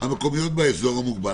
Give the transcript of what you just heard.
המקומיות באזור המוגבל